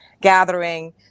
gathering